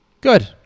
good